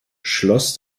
schloss